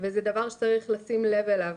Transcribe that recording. וזה דבר שצריך לשים לב אליו,